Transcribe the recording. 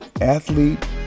athlete